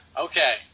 Okay